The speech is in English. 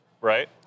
Right